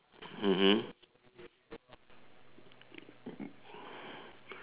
mmhmm